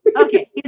Okay